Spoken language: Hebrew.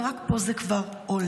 ורק פה זה כבר עולה.